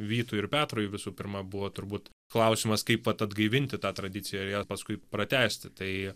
vytui ir petrui visų pirma buvo turbūt klausimas kaip vat atgaivinti tą tradiciją ir ją paskui pratęsti tai